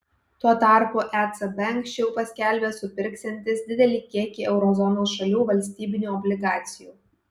tuo tarpu ecb anksčiau paskelbė supirksiantis didelį kiekį euro zonos šalių valstybinių obligacijų